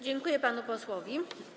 Dziękuję panu posłowi.